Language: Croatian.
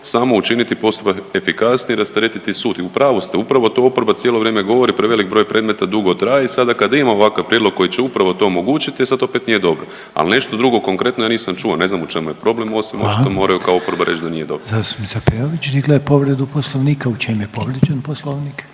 samo učiniti postupak efikasniji, rasteretiti sud. I u pravu ste upravo to oporba cijelo vrijeme govori, prevelik broj predmeta dugo traje i sada kada imamo ovakav prijedlog koji će upravo to omogućiti sad opet nije dobro, ali nešto drugo konkretno ja nisam čuo. Ne znam u čemu je problem osim što …/Upadica: Hvala./… moraju kao oporba reći da nije dobro. **Reiner, Željko (HDZ)** Zastupnica Peović digla je povredu Poslovnika. U čem je povrijeđen Poslovnik?